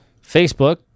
Facebook